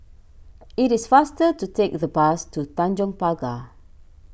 it is faster to take the bus to Tanjong Pagar